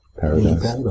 Paradise